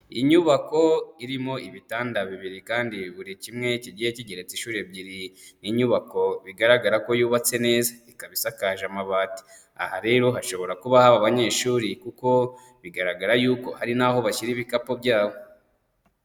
Inyubako irimo ibitanda bibiri kandi buri kimwe kigiye kigeretse inshuro ebyiri, inyubako bigaragara ko yubatse neza, ikaba isakaje amabati, aha rero hashobora kuba haba abanyeshuri kuko bigaragara yuko hari n'aho bashyira ibikapu byabo.